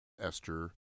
Esther